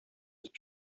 дип